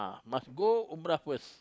must go umrah fist